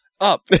up